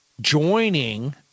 joining